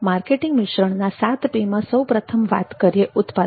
marketing મિશ્રણના 7Pમાં સૌપ્રથમ વાત કરીએ ઉત્પાદનની